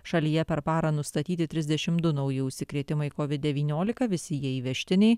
šalyje per parą nustatyti trisdešim du nauji užsikrėtimai covid devyniolika visi jie įvežtiniai